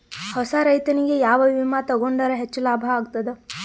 ಹೊಸಾ ರೈತನಿಗೆ ಯಾವ ವಿಮಾ ತೊಗೊಂಡರ ಹೆಚ್ಚು ಲಾಭ ಆಗತದ?